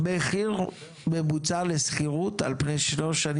מחיר ממוצע לשכירות על פני שלוש השנים